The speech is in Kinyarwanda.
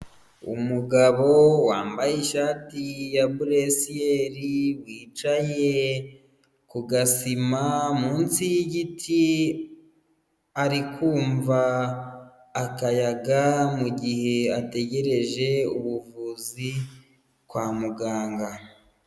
Umugabo wambaye ishati ya buresiyeri, wicaye ku gasima munsi y'igiti, ari kumva akayaga, mu gihe ategereje ubuvuzi kwa muganga.